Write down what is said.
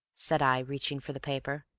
said i, reaching for the paper.